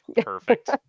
Perfect